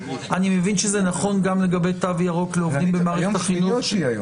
אני מבין שזה נכון גם לגבי תו ירוק לעובדים במערכת החינוך,